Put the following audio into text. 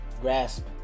grasp